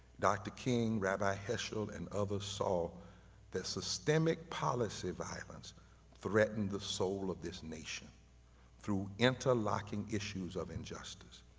dr. king, rabbi herschel, and others saw their systemic policy violence threatened the soul of this nation through interlocking issues of injustice.